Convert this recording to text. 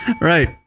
Right